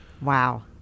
Wow